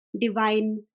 divine